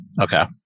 Okay